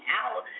out